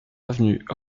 avenue